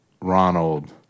Ronald